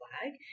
flag